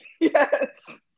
yes